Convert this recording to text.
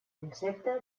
concepte